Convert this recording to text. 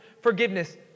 forgiveness